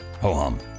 ho-hum